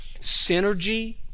synergy